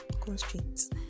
constraints